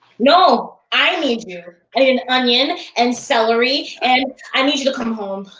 no, i need you. i need and onion and celery, and i need you to come home.